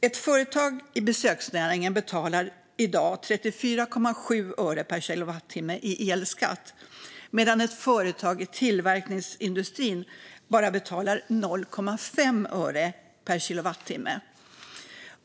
Ett företag i besöksnäringen betalar i dag 34,7 öre per kilowattimme i elskatt, medan ett företag i tillverkningsindustrin bara betalar 0,5 öre per kilowattimme.